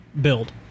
build